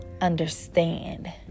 understand